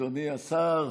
אדוני השר,